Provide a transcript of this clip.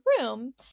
room